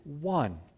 one